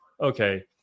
okay